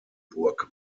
burg